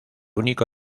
único